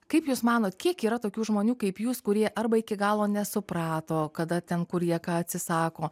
kaip jūs manot kiek yra tokių žmonių kaip jūs kurie arba iki galo nesuprato kada ten kur jie ką atsisako